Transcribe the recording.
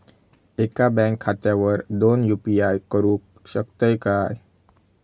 एका बँक खात्यावर दोन यू.पी.आय करुक शकतय काय?